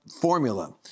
formula